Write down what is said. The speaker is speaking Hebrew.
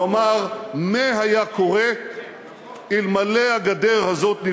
לומר מה היה קורה אלמלא נבנתה הגדר הזאת,